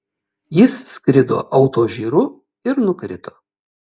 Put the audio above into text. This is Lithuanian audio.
jis skrido autožyru ir nukrito